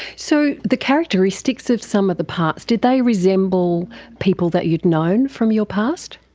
so the characteristics of some of the parts, did they resemble people that you'd known from your past?